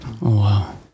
Wow